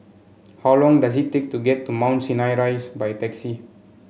how long does it take to get to Mount Sinai Rise by taxi